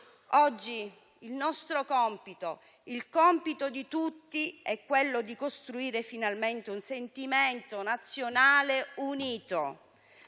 Oggi il nostro compito, il compito di tutti è quello di costruire finalmente un sentimento nazionale unito.